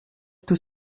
tous